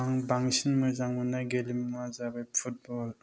आं बांसिन मोजां मोननाय गेलेमुआ जाबाय फुटबल